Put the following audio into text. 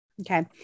Okay